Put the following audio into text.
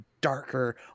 darker